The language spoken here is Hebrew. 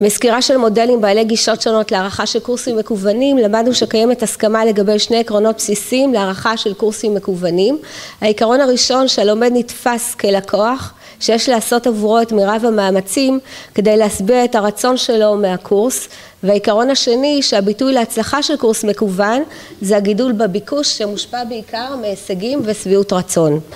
מסקירה של מודלים בעלי גישות שונות להערכה של קורסים מקוונים, למדנו שקיימת הסכמה לגבי שני עקרונות בסיסיים להערכה של קורסים מקוונים. העיקרון הראשון, שהלומד נתפס כלקוח, שיש לעשות עבורו את מירב המאמצים כדי להשביע את הרצון שלו מהקורס, והעיקרון השני שהביטוי להצלחה של קורס מקוון זה הגידול בביקוש, שמושפע בעיקר מהישגים ושביעות רצון.